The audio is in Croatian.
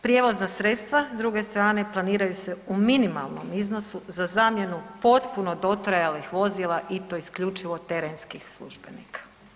Prijevozna sredstva s druge strane planiraju se u minimalnom iznosu za zamjenu potpuno dotrajalih vozila i to isključivo terenskih službenika.